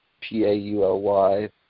p-a-u-l-y